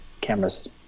camera's